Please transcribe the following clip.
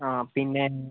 ആ പിന്നെ